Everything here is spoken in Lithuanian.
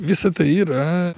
visa tai yra